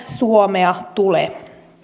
suomea tule